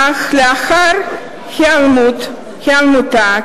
אך לאחר היעלמותה,